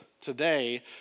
today